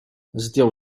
zdjął